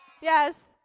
Yes